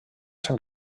sant